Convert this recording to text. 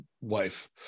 wife